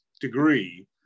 degree